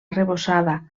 arrebossada